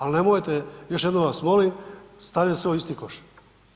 Ali nemojte još jednom vas molim stavljati sve u isti koš.